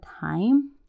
time